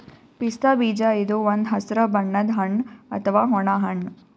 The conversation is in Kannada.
ಪಿಸ್ತಾ ಬೀಜ ಇದು ಒಂದ್ ಹಸ್ರ್ ಬಣ್ಣದ್ ಹಣ್ಣ್ ಅಥವಾ ಒಣ ಹಣ್ಣ್